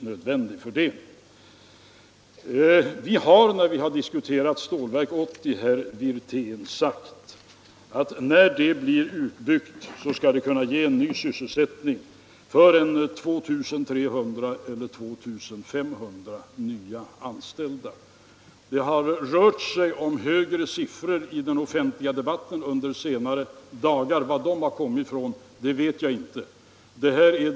När vi diskuterat Stålverk 80 — jag vänder mig nu till herr Wirtén — har vi sagt att när det blivit utbyggt, så skall det ge ny sysselsättning till 2300 eller 2 500 personer. I den offentliga debatten under senare dagar har det rört sig om högre siffror. Varifrån de har kommit vet jag inte.